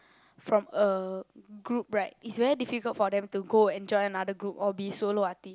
from a group right it's very difficult for them to go and join another group or be solo artiste